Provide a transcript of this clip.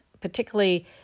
particularly